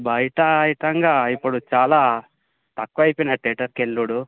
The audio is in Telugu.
బయట హితంగా ఇప్పుడు చాలా తక్కువైపోయినాయి థియేటర్కు వెళ్ళుడు